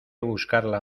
buscarla